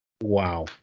Wow